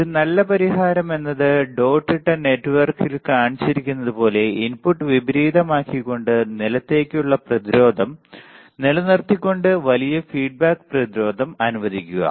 ഒരു നല്ല പരിഹാരം എന്നത് ഡോട്ട് ഇട്ട നെറ്റ്വർക്കിൽ കാണിച്ചിരിക്കുന്നതുപോലെ ഇൻപുട്ട് വിപരീതമാക്കിക്കൊണ്ട് നിലത്തേക്കുള്ള പ്രതിരോധം നിലനിർത്തിക്കൊണ്ട് വലിയ ഫീഡ്ബാക്ക് പ്രതിരോധം അനുവദിക്കുക